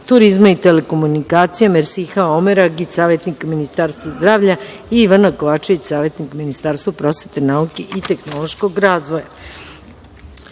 turizma i telekomunikacija, Mersiha Omeragić, savetnik u Ministarstvu zdravlja i Ivana Kovačević, savetnik u Ministarstvu prosvete, nauke i tehnološkog razvoja. Molim